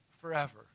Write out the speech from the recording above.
Forever